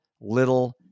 little